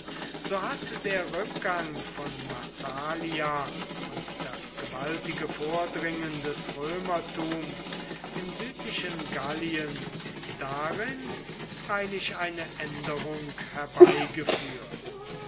so hat der rückgang von massalia und das gewaltige vordringen des römertums im südlichen gallien darin freilich eine änderung herbeigeführt